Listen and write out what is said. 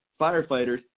firefighters